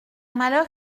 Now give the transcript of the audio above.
malheur